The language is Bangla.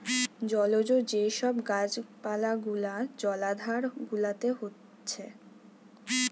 জলজ যে সব গাছ পালা গুলা জলাধার গুলাতে হচ্ছে